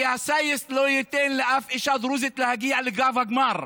כי הסאייס לא ייתן לאף אישה דרוזית להגיע לקו הגמר.